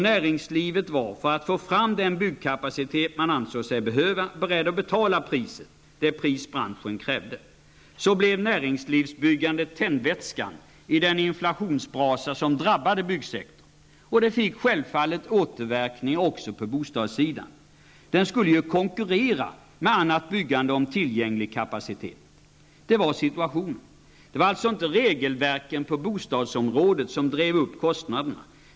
Näringslivet var för att få fram den byggkapacitet som man ansåg sig behöva beredd att betala det pris som branschen krävde. Så blev näringslivsbyggandet tändvätskan i den inflationsbrasa som drabbade byggsektorn. Detta fick självfallet återverkningar också på bostadssidan. Den skulle ju konkurrera med annat byggande om tillgänglig kapacitet. Detta var situationen. Det var alltså inte regelverken på bostadsområdet som drev upp kostnaderna.